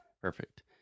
Perfect